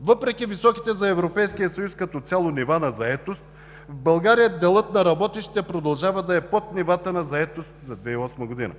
Въпреки високите за Европейския съюз като цяло нива на заетост, в България делът на работещите продължава да е под нивата на заетост за 2008 г.